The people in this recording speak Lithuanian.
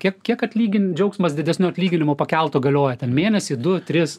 kiek kiek atlygint džiaugsmas didesniu atlyginimu pakeltu galioja ten mėnesį du tris